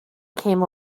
came